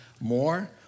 more